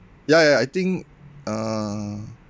yeah yeah I think uh